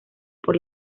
por